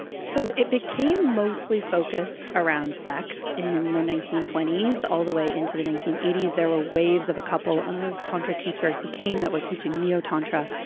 so it became mostly focused around sex in the nineteen twenty s all the way into the nineteen eighty s. there were waves of a couple of tantra teachers who came that were teaching neotantra,